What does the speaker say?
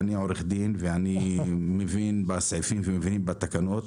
ואני עורך דין ואני מבין בסעיפים ומבין בתקנות